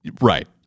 Right